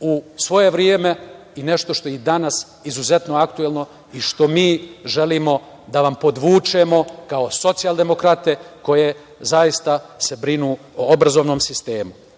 u svoje vreme i nešto što je i danas izuzetno aktuelno i što mi želimo da vam podvučemo kao socijaldemokrate koje zaista se brinu o obrazovnom sistemu. Sa